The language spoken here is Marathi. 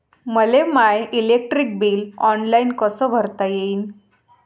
मले माय इलेक्ट्रिक बिल ऑनलाईन कस भरता येईन?